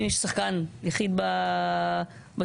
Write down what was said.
יש שחקן יחיד בשוק,